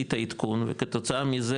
עשית עדכון וכתוצאה מזה,